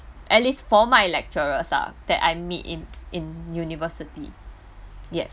at least for my lecturers lah that I meet in in university yes